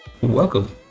welcome